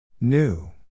New